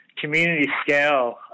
community-scale